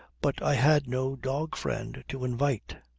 but i had no dog-friend to invite.